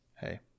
Hey